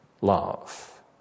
love